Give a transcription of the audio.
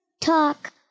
talk